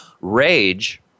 rage